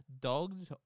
dogs